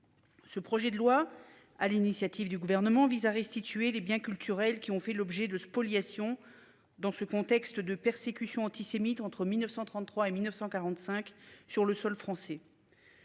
Ce projet de loi à l'initiative du gouvernement vise à restituer les biens culturels qui ont fait l'objet de spoliation. Dans ce contexte de persécutions antisémites entre 1933 et 1945 sur le sol français.